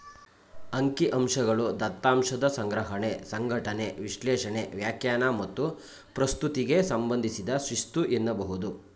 ಅಂಕಿಅಂಶಗಳು ದತ್ತಾಂಶದ ಸಂಗ್ರಹಣೆ, ಸಂಘಟನೆ, ವಿಶ್ಲೇಷಣೆ, ವ್ಯಾಖ್ಯಾನ ಮತ್ತು ಪ್ರಸ್ತುತಿಗೆ ಸಂಬಂಧಿಸಿದ ಶಿಸ್ತು ಎನ್ನಬಹುದು